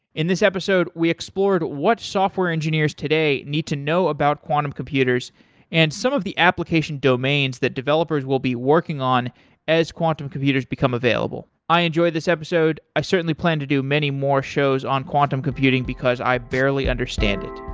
in this episode, we explored what software engineers today need to know about quantum computers and some of the application domains that developers will be working on as quantum computers become available. i enjoyed this episode. i certainly plan to do many more shows on quantum computing because i barely understand it.